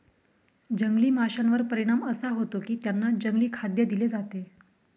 जंगली माशांवर परिणाम असा होतो की त्यांना जंगली खाद्य दिले जाते